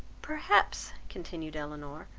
perhaps, continued elinor,